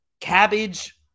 cabbage